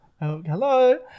Hello